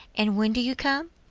and when do you come?